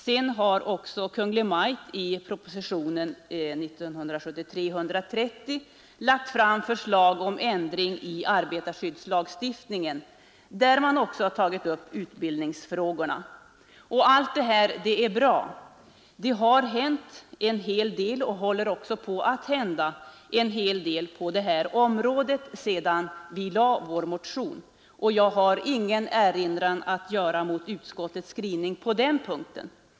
Sedan har Kungl. Maj:t i propositionen 1973:130 lagt fram förslag om ändring i arbetarskyddslagstiftningen, och där har även utbildningsfrågorna tagits upp. Vad utskottet redovisar är bra. Det händer en hel del på detta område, och det har hänt en del även sedan vi väckte vår motion, och jag har ingen erinran att göra mot utskottets skrivning på den punkten.